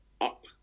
up